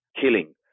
killing